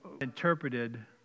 interpreted